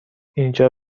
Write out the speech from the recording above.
اینجا